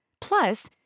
Plus